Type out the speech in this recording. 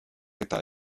eta